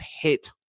hit